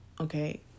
Okay